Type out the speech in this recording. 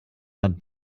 but